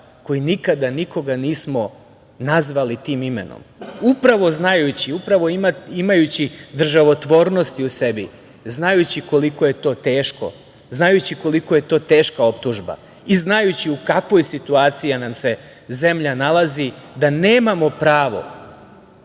koji nikada nikoga nismo nazvali tim imenom, upravo znajući, upravo imajući državotvornosti u sebi, znajući koliko je to teško, znajući koliko je to teška optužba i znajući u kakvoj situaciji nam se zemlja nalazi da nemamo pravo